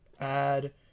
add